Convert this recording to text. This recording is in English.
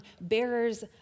bearers